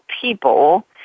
people